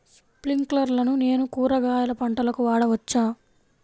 స్ప్రింక్లర్లను నేను కూరగాయల పంటలకు వాడవచ్చా?